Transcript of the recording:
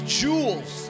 jewels